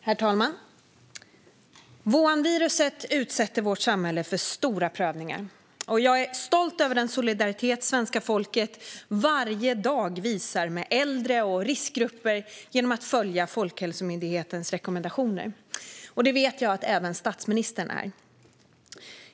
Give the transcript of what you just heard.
Herr talman! Wuhanviruset utsätter vårt samhälle för stora prövningar. Jag är stolt över den solidaritet som svenska folket varje dag visar med äldre och riskgrupper genom att följa Folkhälsomyndighetens rekommendationer. Det vet jag att även statsministern är.